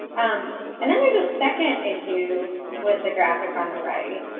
and then there's a second issue with the graphic on the right,